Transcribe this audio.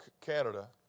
Canada